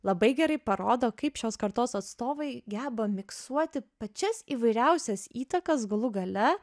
labai gerai parodo kaip šios kartos atstovai geba miksuoti pačias įvairiausias įtakas galų gale